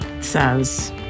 says